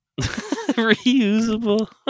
Reusable